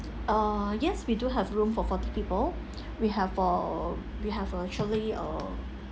ah yes we do have room for forty people we have a we have actually a